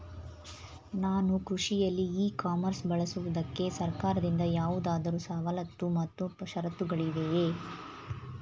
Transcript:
ನಾನು ಕೃಷಿಯಲ್ಲಿ e commerce ಬಳಸುವುದಕ್ಕೆ ಸರ್ಕಾರದಿಂದ ಯಾವುದಾದರು ಸವಲತ್ತು ಮತ್ತು ಷರತ್ತುಗಳಿವೆಯೇ?